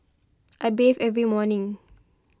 I bathe every morning